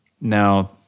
Now